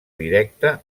directe